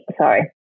sorry